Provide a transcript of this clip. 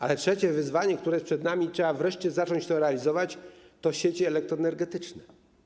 Ale trzecie wyzwanie, które jest przed nami - trzeba wreszcie zacząć to realizować - to sieci elektroenergetyczne.